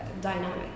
dynamic